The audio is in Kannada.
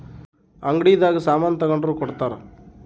ಅಂಗಡಿ ದಾಗ ಸಾಮನ್ ತಗೊಂಡ್ರ ಕೊಡ್ತಾರ